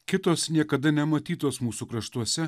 kitos niekada nematytos mūsų kraštuose